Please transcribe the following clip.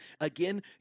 Again